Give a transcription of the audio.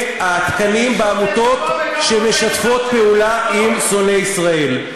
התקנים בעמותות שמשתפות פעולה עם שונאי ישראל.